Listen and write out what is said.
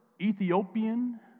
Ethiopian